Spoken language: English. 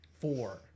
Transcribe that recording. Four